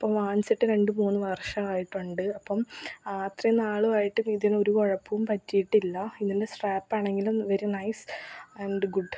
ഇപ്പം വാങ്ങിച്ചിട്ട് രണ്ടു മൂന്നു വർഷമായിട്ടുണ്ട് അപ്പം അത്രയും നാളുമായിട്ടിതിന് ഒരു കുഴപ്പവും പറ്റിയിട്ടില്ല ഇതിൻ്റെ സ്ട്രാപ്പാണെങ്കിലും വെരി നയ്സ് ആൻഡ് ഗുഡ്